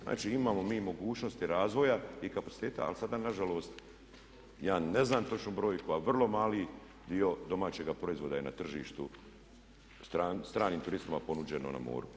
Znači imamo mi mogućnosti razvoja i kapaciteta ali sada nažalost ja ne znam točnu brojku ali vrlo mali dio domaćega proizvoda je na tržištu stranim turistima ponuđeno na moru.